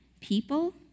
people